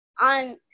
on